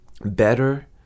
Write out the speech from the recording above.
better